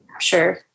sure